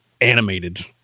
animated